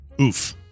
Oof